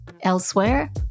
Elsewhere